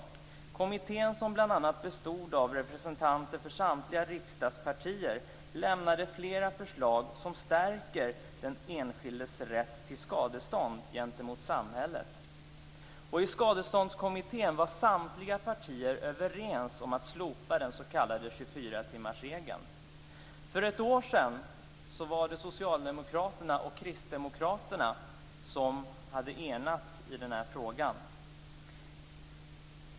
Denna kommitté, som bl.a. bestod av representanter för samtliga riksdagspartier, lämnade flera förslag som stärker den enskildes rätt till skadestånd gentemot samhället. I För ett år sedan var det Socialdemokraterna och Kristdemokraterna som hade enats i den här frågan.